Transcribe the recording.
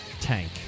Tank